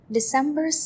December